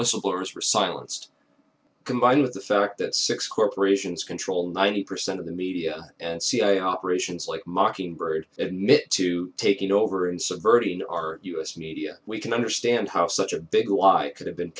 whistleblowers were silenced combined with the fact that six corporations control ninety percent of the media and cia operations like mockingbird admit to taking over and subverting our us media we can understand how such a big lie could have been